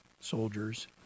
soldiers